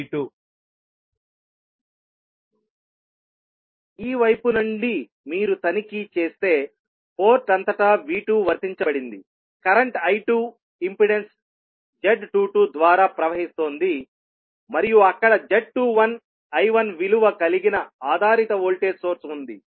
V1z11I1z12I2 ఈ వైపు నుండి మీరు తనిఖీ చేస్తే పోర్ట్ అంతటా V2 వర్తించబడింది కరెంట్ I2 ఇంపెడెన్స్ z22 ద్వారా ప్రవహిస్తోంది మరియు అక్కడ z21 I1 విలువ కలిగిన ఆధారిత వోల్టేజ్ సోర్స్ ఉంది